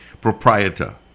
proprietor